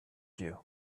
you